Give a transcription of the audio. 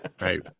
right